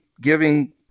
giving